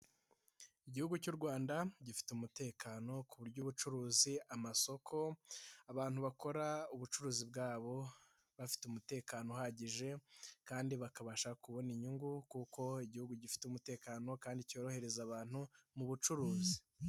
Igihugu cy'u Rwanda gifite umutekano ku buryo ubucuruzi amasoko, abantu bakora ubucuruzi bwabo bafite umutekano uhagije, kandi bakabasha kubona inyungu kuko igihugu gifite umutekano kandi cyorohereza abantu mu bucuruzi.